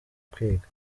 kwiga